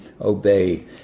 obey